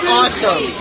awesome